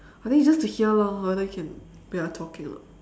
I think it's just to hear lor whether we can we are talking or not